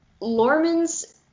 lorman's